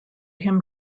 him